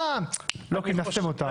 אה, לא איישתם אותן.